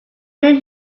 knew